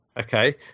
Okay